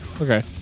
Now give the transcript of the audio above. Okay